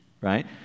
right